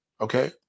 Okay